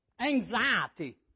anxiety